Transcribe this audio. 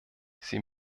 sie